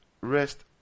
rest